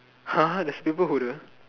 !huh! there's paper holder